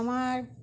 আমার